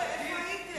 היו בדרככם.